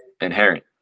inherent